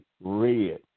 red